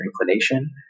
inclination